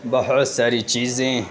بہت ساری چیزیں